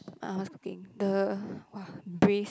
ah ma's cooking the !wah! braised